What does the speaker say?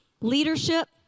Leadership